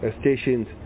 stations